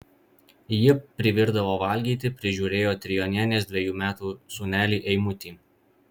ji privirdavo valgyti prižiūrėjo trijonienės dvejų metų sūnelį eimutį